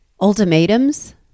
ultimatums